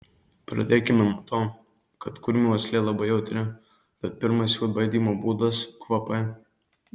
pradėkime nuo to kad kurmių uoslė labai jautri tad pirmas jų atbaidymo būdas kvapai